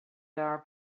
dar